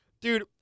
dude